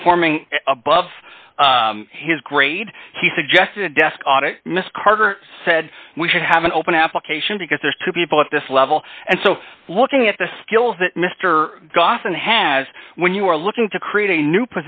performing above his grade he suggested a desk audit miss carter said we should have an open application because there are two people at this level and so looking at the skills that mr dawson has when you're looking to create a new